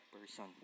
person